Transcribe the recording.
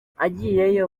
agiyeyo